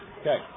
Okay